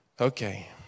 Okay